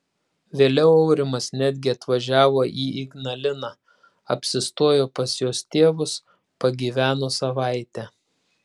vėliau aurimas netgi atvažiavo į ignaliną apsistojo pas jos tėvus pagyveno savaitę